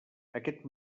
aquest